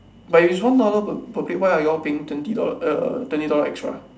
but it's one dollar per per plate why are you all paying twenty dollars uh twenty dollars extra